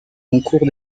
concours